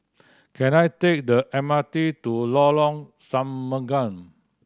can I take the M R T to Lorong Semanga